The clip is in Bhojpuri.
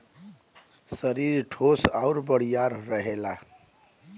सरीर ठोस आउर बड़ियार रहेला